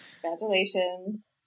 Congratulations